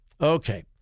Okay